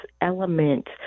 element